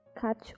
catch